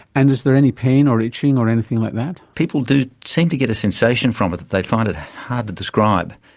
and is there any pain or itching or anything like that? people do seem to get a sensation from it that they find hard to describe.